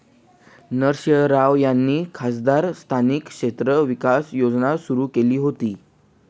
नरसिंह राव यांनी खासदार स्थानिक क्षेत्र विकास योजना सुरू केली होती